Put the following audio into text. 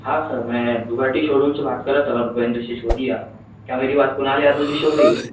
हाँ सर मैं Ducati showroom से बात कर रहा था भूपेन्द्र सिसोदिया क्या मेरी बात कुनाल यादव जी से हो रही है